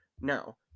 Now